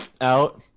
out